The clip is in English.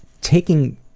taking